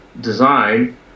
design